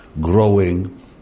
growing